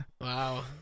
Wow